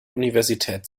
universität